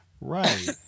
Right